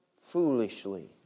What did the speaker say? foolishly